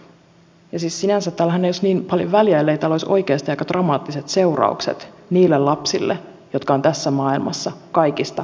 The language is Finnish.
ja siis sinänsä tällähän ei olisi niin paljon väliä ellei tällä olisi oikeasti aika dramaattiset seuraukset niille lapsille jotka ovat tässä maailmassa kaikista heikoimmilla